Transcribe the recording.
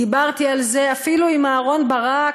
דיברתי על זה אפילו עם אהרון ברק,